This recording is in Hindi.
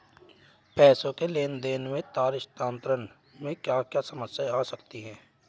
पैसों के लेन देन में तार स्थानांतरण में क्या क्या समस्याएं आ सकती हैं?